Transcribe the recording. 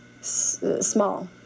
small